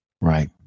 Right